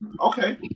Okay